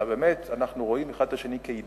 אלא באמת אנחנו רואים זו את זו כאידיאל,